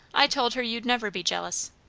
i told her, you'd never be jealous.